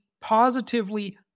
positively